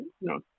No